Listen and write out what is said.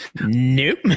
Nope